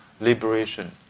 liberation